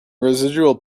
residual